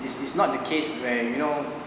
is is not the case where you know